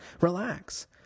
relax